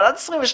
אבל עד גיל 22?